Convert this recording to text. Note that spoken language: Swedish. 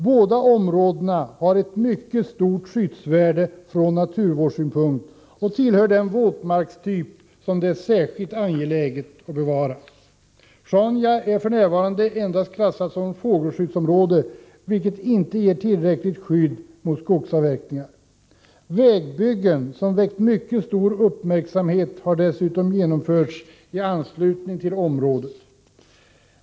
Båda områdena har ett mycket stort skyddsvärde från naturvårdssynpunkt och tillhör den våtmarkstyp som det är särskilt angeläget att bevara. Sjaunja är f. n. endast klassat som fågelskyddsområde, vilket inte ger tillräckligt skydd mot skogsavverkningar. Vägbyggen som väckt mycket stor uppmärksamhet har dessutom genomförts i anslutning till området.